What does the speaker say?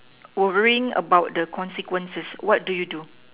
worrying about the consequences what do you do